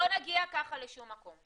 לא נגיע ככה לשום מקום,